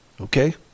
okay